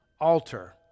altar